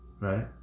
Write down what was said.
right